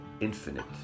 infinite